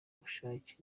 gushakira